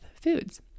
foods